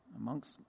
Amongst